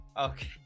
Okay